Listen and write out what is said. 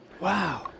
wow